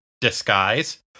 disguise